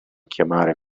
chiamare